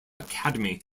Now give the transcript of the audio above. academy